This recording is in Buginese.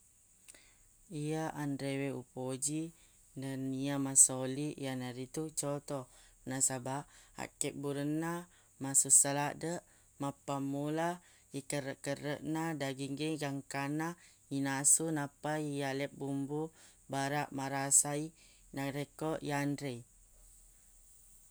Iya anrewe upoji nennia masoli iyanaritu coto nasabaq akkebburenna masussa laddeq mappammula ikereq-kereq na dagingnge gangkanna inasu nappa iyaleng bumbu baraq marasa i narekko yanrei